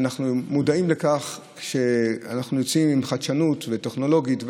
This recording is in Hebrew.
ואנחנו מודעים לכך שכשאנחנו יוצאים עם חדשנות טכנולוגית,